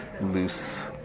loose